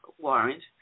warrant